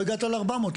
לא הגעת ל-400,